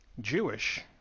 Jewish